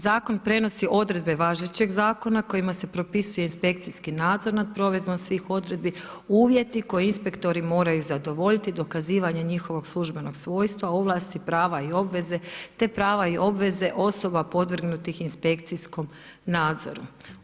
Zakon prenosi odredbe važećeg zakona kojima se propisuje inspekcijski nadzor nad provedbom svih odredbi, uvjeti koje inspektori moraju zadovoljiti dokazivanje njihovog službenog svojstva, ovlasti, prava i obveze te prava i obveze osoba podvrgnutih inspekcijskom nadzoru.